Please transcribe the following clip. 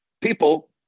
People